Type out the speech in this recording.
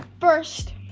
first